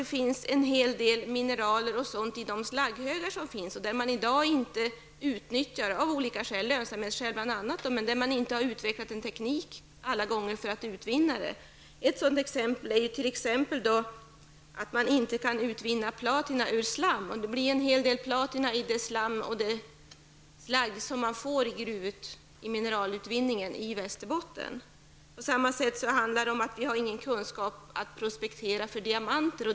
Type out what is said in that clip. Det finns även en hel del mineraler i de slagghögar som man i dag inte utnyttjar av olika skäl, bl.a. lönsamhetsskäl. Man har inte utvecklat någon teknik för utvinning. Ett sådant exempel är att man inte kan utvinna platina ur slam. Det förekommer en hel del platina i det slagg och slam som man får vid mineralutvinningen i Västerbotten. På samma sätt har vi ingen kunskap om att prospektera för diamanter.